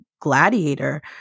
gladiator